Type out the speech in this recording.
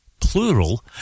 plural